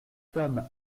tome